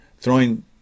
throwing